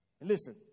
Listen